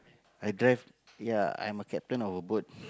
i drive ya I'm a captain of a boat